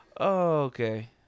Okay